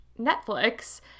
Netflix